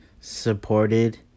supported